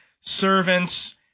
servants